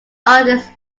artist